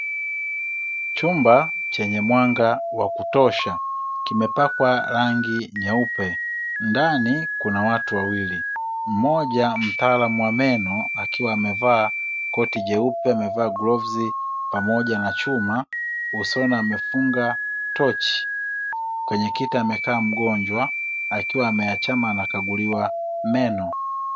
Chumba chenye mwanga wa kutosha kimepakwa rangi nyeupe, ndani kuna watu wawili mmoja mtaalamu wa meno akiwa amevaa koti jeupe, amevaa glavu pamoja na chuma usoni amefunga tochi, kwenye kiti amekaa mgonjwa akiwa ameachama anakaguliwa meno.